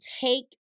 take